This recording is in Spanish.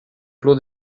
club